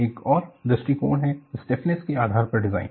एक और दृष्टिकोण है स्टिफनेस के आधार पर डिजाइन